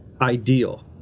ideal